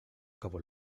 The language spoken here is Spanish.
cabo